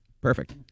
perfect